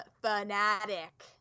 fanatic